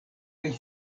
kaj